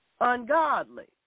ungodly